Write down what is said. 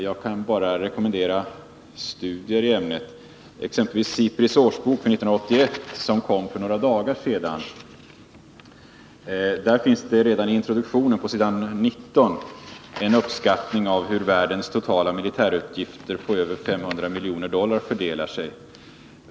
Jag kan bara rekommendera studier i ämnet, exempelvis i SIPRI:s årsbok för 1981, som kom för några dagar sedan. Där finns det redan i introduktionen på s. 19 en uppskattning av hur världens totala militärutgifter på över 500 miljarder dollar fördelar sig.